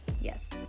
Yes